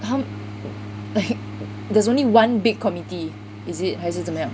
他们 like there's only one big committee is it 还是怎么样